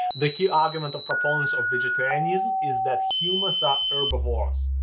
the key argument of proponents of vegetarianism is that humans ah are herbivores,